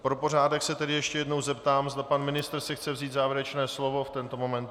Pro pořádek se tedy ještě jednou zeptám, zda pan ministr si chce vzít závěrečné slovo v tento moment.